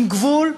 עם גבול,